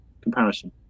comparison